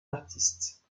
artistes